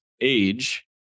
age